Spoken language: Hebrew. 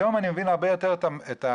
היום אני מבין הרבה יותר את האתיופים,